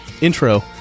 intro